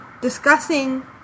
discussing